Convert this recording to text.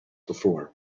before